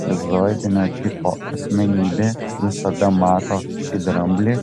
šizoidinio tipo asmenybė visada mato šį dramblį